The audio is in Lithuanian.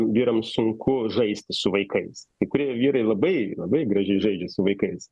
vyram sunku žaisti su vaikais kai kurie vyrai labai labai gražiai žaidžia su vaikais